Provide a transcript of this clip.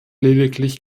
lediglich